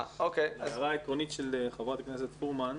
ההערה העקרונית של חברת הכנסת פורמן,